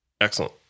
Excellent